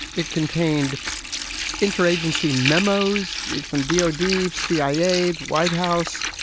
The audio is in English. it contained interagency memos from d o d, cia white house,